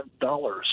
dollars